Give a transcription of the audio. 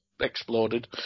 exploded